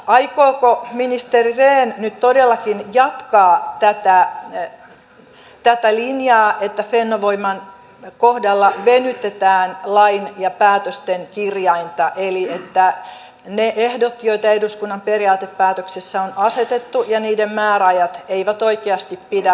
aikooko ministeri rehn nyt todellakin jatkaa tätä linjaa että fennovoiman kohdalla venytetään lain ja päätösten kirjainta eli että venytetään niitä ehtoja joita eduskunnan periaatepäätöksessä on asetettu ja joiden määräajat eivät oikeasti pidä